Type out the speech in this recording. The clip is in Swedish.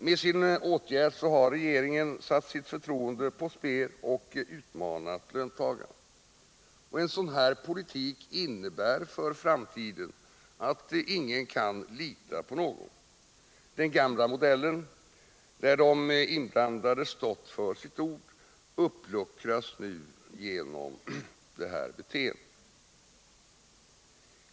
Med sin åtgärd har regeringen satt sitt förtroende på spel och utmanat löntagarna. En sådan politik innebär för framtiden att ingen kan lita på någon. Den gamla modellen, där de inblandade stått för sitt ord, uppluckras nu genom regeringens beteende.